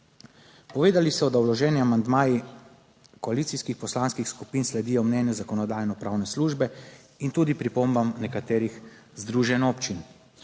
Povedali so, da vloženi amandmaji koalicijskih poslanskih skupin sledijo mnenju Zakonodajno-pravne službe in tudi pripombam nekaterih združenj občin.